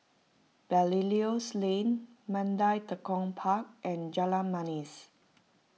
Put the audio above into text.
Belilios Lane Mandai Tekong Park and Jalan Manis